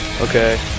Okay